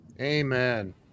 Amen